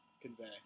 Convey